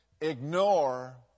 ignore